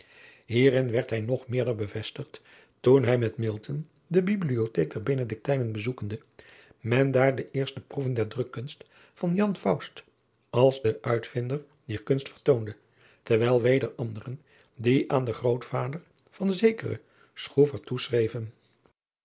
ierin werd hij nog meerder bevestigd toen hij met de ibliotheek der enediktijnen bezoekende men daar de eerste proeven der rukkunst van als den uitvinder dier kunst vertoonde terwijl weder anderen die aan den grootvader van zekeren